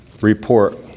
report